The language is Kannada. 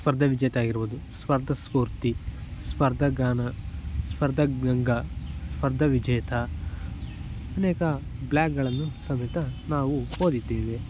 ಸ್ಪರ್ಧಾವಿಜೇತ ಆಗಿರ್ಬಹುದು ಸ್ಪರ್ಧಾಸ್ಫೂರ್ತಿ ಸ್ಪರ್ದಗಾನ ಸ್ಪರ್ಧಗಂಗಾ ಸ್ಪರ್ಧಾವಿಜೇತಾ ಅನೇಕ ಬ್ಲಾಗ್ಗಳನ್ನು ಸಮೇತ ನಾವು ಓದಿದ್ದೇವೆ